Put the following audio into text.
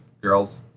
girls